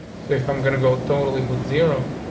so if i'm gonna go totally with zero,